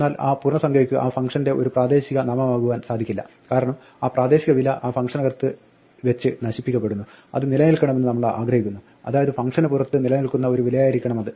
എന്നാൽ ആ പൂർണ്ണസംഖ്യയ്ക്ക് ആ ഫംഗ്ഷന്റെ ഒരു പ്രാദേശിക നാമമാകുവാൻ സാധിക്കില്ല കാരണം ആ പ്രാദേശിക വില ആ ഫംഗ്ഷനകത്ത് വെച്ച് നശിപ്പിക്കപ്പെടുന്നു അത് നിലനിൽക്കണമെന്ന് നമ്മൾ ആഗ്രഹിക്കുന്നു അതായത് ഫംഗ്ഷന് പുറത്ത് നിലനില്ക്കുന്ന ഒരു വിലയായിരിക്കണമത്